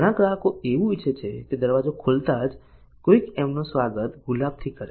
ઘણા ગ્રાહકો એવું ઈચ્છે છે કે દરવાજો ખોલતા જ કોઈક એમનું સ્વાગત ગુલાબ થી કરે